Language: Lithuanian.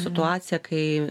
situaciją kai